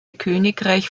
königreich